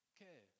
Okay